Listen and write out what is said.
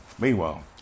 Meanwhile